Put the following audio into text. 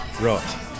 Right